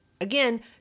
again